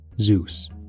Zeus